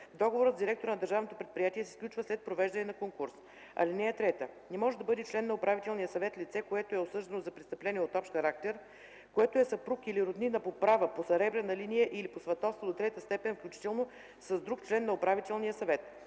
Договорът с директора на държавното предприятие се сключва след провеждане на конкурс. (3) Не може да бъде член на управителния съвет лице, което е осъждано за престъпление от общ характер, което е съпруг или роднина по права, по съребрена линия или по сватовство до трета степен, включително с друг член на управителния съвет.